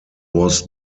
was